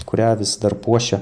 kurią vis dar puošia